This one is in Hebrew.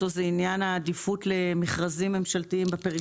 זה עניין של עדיפות למכרזים ממשלתיים בפריפריה.